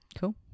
Cool